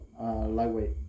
lightweight